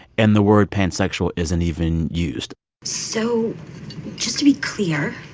and the word pansexual isn't even used so just to be clear,